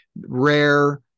rare